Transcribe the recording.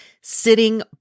sitting